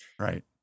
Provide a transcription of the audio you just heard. Right